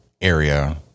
area